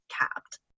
capped